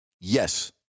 yes